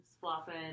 flopping